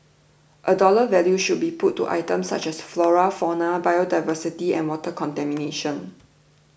a dollar value should be put to items such as flora fauna biodiversity and water contamination